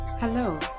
Hello